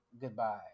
Goodbye